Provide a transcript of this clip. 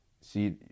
see